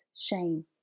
shame